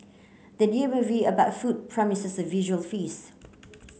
the new movie about food promises a visual feast